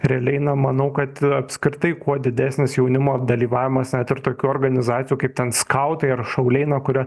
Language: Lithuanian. realiai na manau kad apskritai kuo didesnis jaunimo dalyvavimas net ir tokių organizacijų kaip ten skautai ar šauliai na kuria